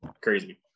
crazy